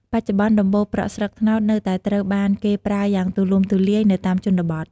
បច្ចុប្បន្ន ដំបូលប្រក់ស្លឹកត្នោតនៅតែត្រូវបានគេប្រើយ៉ាងទូលំទូលាយនៅតាមជនបទ។